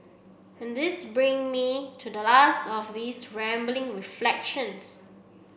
and this bring me to the last of these rambling reflections